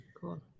cool